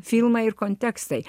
filmai ir kontekstai